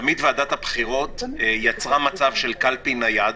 תמיד ועדת הבחירות יצרה מצב של קלפי נייד,